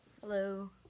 Hello